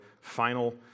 final